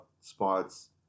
spots